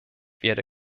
werde